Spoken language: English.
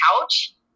couch